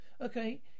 Okay